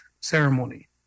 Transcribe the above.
ceremony